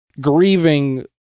grieving